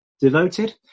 Devoted